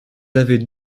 avez